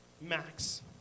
Max